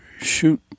shoot